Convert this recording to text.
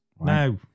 No